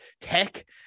tech